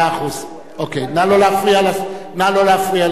נא לא להפריע לסגן שר האוצר.